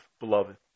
beloved